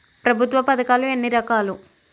ప్రభుత్వ పథకాలు ఎన్ని రకాలు?